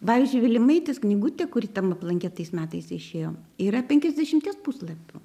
pavyzdžiui vilimaitės knygutė kuri tam aplanke tais metais išėjo yra penkiasdešimties puslapių